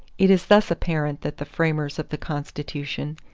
it is thus apparent that the framers of the constitution,